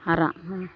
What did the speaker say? ᱦᱟᱨᱟᱜ ᱢᱟ